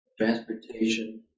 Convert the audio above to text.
transportation